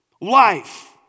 life